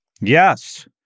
Yes